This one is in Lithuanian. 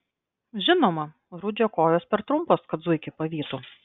žinoma rudžio kojos per trumpos kad zuikį pavytų